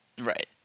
Right